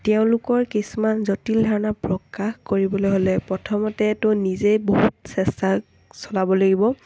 তেওঁলোকৰ কিছুমান জটিল ধাৰণা প্ৰকাশ কৰিবলৈ হ'লে প্ৰথমতেতো নিজেই বহুত চেষ্টা চলাব লাগিব